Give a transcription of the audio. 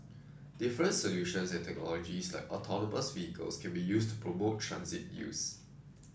different solutions and technologies like autonomous vehicles can be used to promote transit use